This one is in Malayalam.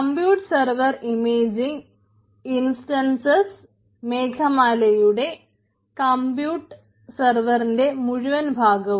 കമ്പ്യൂട്ട് സെർവർ ഇമേജിങ് മേഘമാലയുടെ കമ്പ്യൂട്ട് സർവ്വീസിന്റെ മുഴുവൻ ഭാഗവും